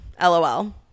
lol